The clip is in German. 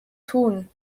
tun